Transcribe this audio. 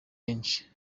henshi